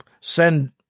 send